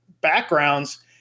backgrounds